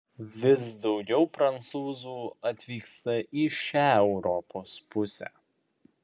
vis daugiau prancūzų atvyksta į šią europos pusę